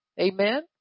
Amen